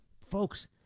folks